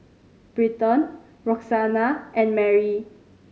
Britton Roxanna and Mari